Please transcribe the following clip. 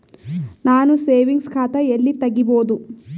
ನಾನು ಸೇವಿಂಗ್ಸ್ ಖಾತಾ ಎಲ್ಲಿ ತಗಿಬೋದು?